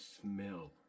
smell